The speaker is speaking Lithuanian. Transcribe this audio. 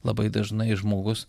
labai dažnai žmogus